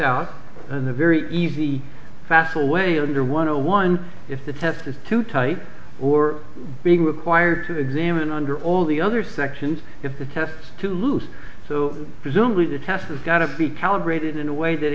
out in the very easy facile way under one hundred one if the test is too tight or being required to examine under all the other sections if the tests too loose so presumably the test has got to be tolerated in a way that